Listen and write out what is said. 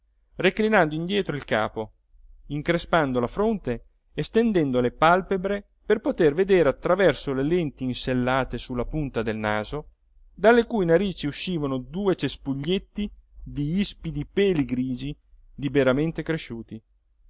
reclinando indietro il capo increspando la fronte e stendendo le pàlpebre per potere vedere attraverso le lenti insellate su la punta del naso dalle cui narici uscivano due cespuglietti di ispidi peli grigi liberamente cresciuti